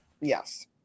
yes